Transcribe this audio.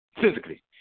physically